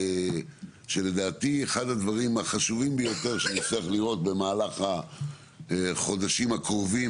שלדעתי אחד הדברים החשובים ביותר שנצטרך לראות במהלך החודשים הקרובים,